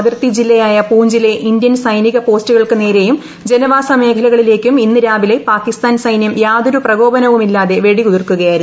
അതിർത്തി ജില്ലയായ പൂഞ്ചിലെ ഇന്ത്യൻ സൈന്മീക് പ്പോസ്റ്റുകൾക്ക് നേരെയും ജനവാസ മേഖലകളിലേയ്ക്കും ക്ല് ഇന്ന് രാവിലെ പാകിസ്ഥാൻ സൈനൃം യാതൊരു പ്രക്കോപ്നവും ഇല്ലാതെ വെടി ഉതിർക്കുകയായിരുന്നു